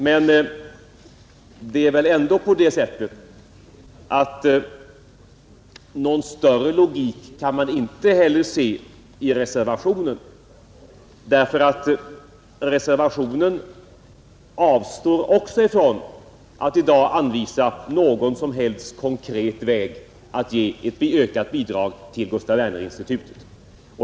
Men någon större logik kan man väl inte heller se i reservationen, eftersom man också i reservationen avstår från att i dag anvisa någon som helst konkret väg när det gäller att ge ökat bidrag till Gustaf Werners institut.